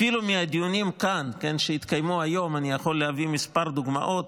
אפילו מהדיונים כאן שהתקיימו היום אני יכול להביא כמה דוגמאות.